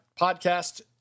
podcast